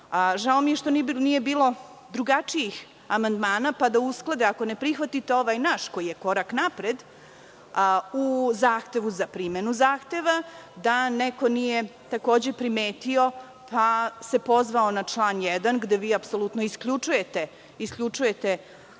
mi je što nije bilo drugačijih amandmana, pa da usklade, ako ne prihvatite ovaj naš koji je korak napred, u zahtevu za primenu zahteva, da neko nije takođe primetio pa se pozvao na član 1, gde vi apsolutno isključujete ovaj